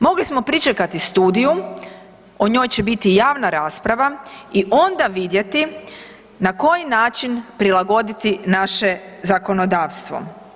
Mogli smo pričekati studiju, o njoj će biti i javna rasprava i onda vidjeti na koji način prilagoditi naše zakonodavstvo.